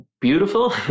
beautiful